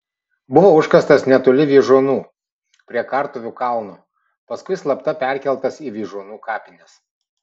buvo užkastas netoli vyžuonų prie kartuvių kalno paskui slapta perkeltas į vyžuonų kapines